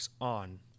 On